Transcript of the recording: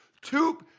Two